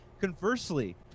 conversely